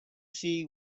see